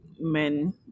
men